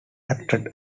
acted